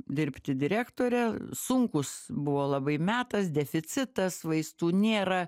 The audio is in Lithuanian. dirbti direktore sunkus buvo labai metas deficitas vaistų nėra